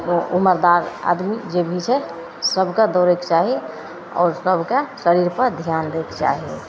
तऽ उमरदार आदमी जे भी छै सभकेँ दौड़ैके चाही आओर सभकेँ शरीरपर धिआन दैके चाही